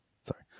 sorry